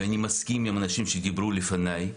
ואני מסכים עם האנשים שדיברו לפניי,